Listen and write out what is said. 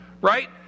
Right